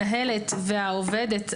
המנהלת והעובדת,